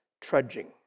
trudging